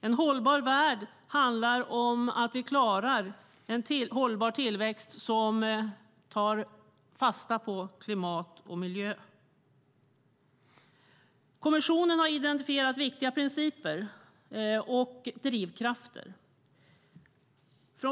En hållbar värld innebär att vi klarar av att ha en hållbar tillväxt som tar fasta på klimat och miljö. Kommissionen har identifierat viktiga principer och drivkrafter.